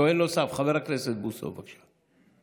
שואל נוסף, חבר הכנסת בוסו, בבקשה.